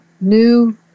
new